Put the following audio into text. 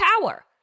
power